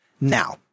Now